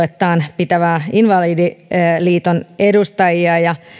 että kahdeksankymmentä vuotisjuhlakiertuettaan pitävän invalidiliiton edustajia ja